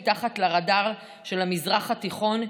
מתחת לרדאר של המזרח התיכון,